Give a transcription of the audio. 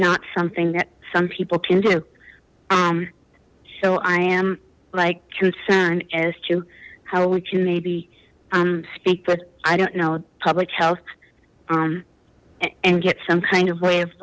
not something that some people can do so i am like concern as to how would you maybe um speak with i don't know public health and get some kind of way of